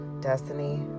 destiny